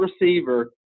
receiver